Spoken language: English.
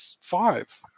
five